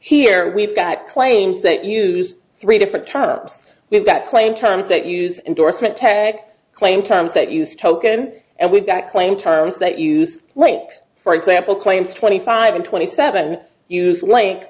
here we've got claims that use three different terms we've got plain terms that use indorsement tag claim terms that use a token and we've got claim terms that use like for example claims twenty five and twenty seven use li